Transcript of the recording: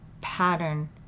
pattern